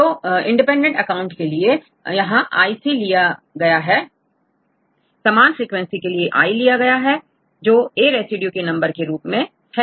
तो independent account के लिए यहां ic लिया गया है समान फ्रीक्वेंसी के लिए i लिया गया है जो a रेसिड्यू के नंबर के रूप में है